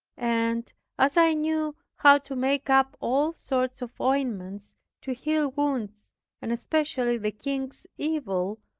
and as i knew how to make up all sorts of ointments to heal wounds and especially the king's evil,